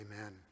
amen